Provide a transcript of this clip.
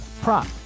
prop